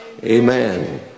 amen